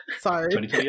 sorry